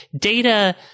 data